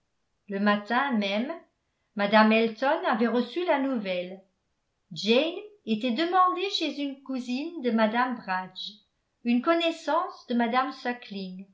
le matin même mme elton avait reçu la nouvelle jane était demandée chez une cousine de mme bragge une connaissance de mme